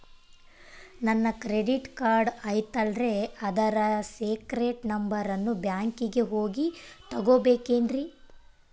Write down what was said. ನನ್ನ credit card ಐತಲ್ರೇ ಅದರ ಸೇಕ್ರೇಟ್ ನಂಬರನ್ನು ಬ್ಯಾಂಕಿಗೆ ಹೋಗಿ ತಗೋಬೇಕಿನ್ರಿ?